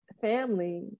Family